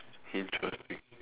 interesting